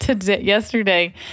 Yesterday